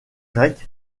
grecs